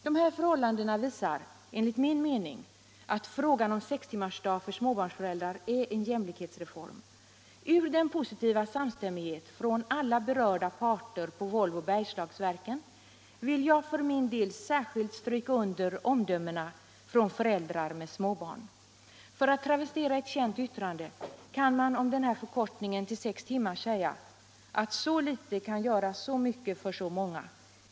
Dessa förhållanden visar enligt min mening att sextimmarsdag för småbarnsföräldrar är en jämlikhetsreform. Ur den positiva samstämmigheten från alla berörda parter på Volvo Bergslagsverken vill jag för min del särskilt dra fram och stryka under omdömena från föräldrar med småbarn. För att travestera ett känt yttrande, kan man om denna förkortning till sex timmar säga att så litet kan göra så mycket för så många.